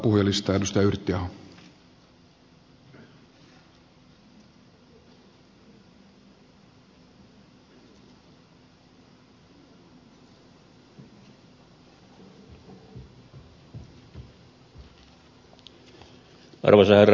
arvoisa herra puhemies